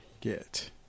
get